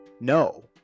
No